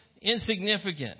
insignificant